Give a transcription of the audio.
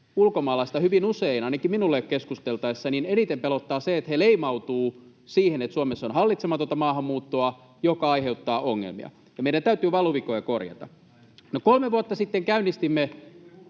ulkomaalaista hyvin usein, ainakin minulle keskusteltaessa, eniten pelottaa se, että he leimautuvat siitä, että Suomessa on hallitsematonta maahanmuuttoa, joka aiheuttaa ongelmia. Meidän täytyy valuvikoja korjata. No, kolme vuotta sitten käynnistimme